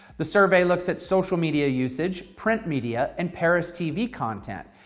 the survey looks at social media usage, print media and perris tv content,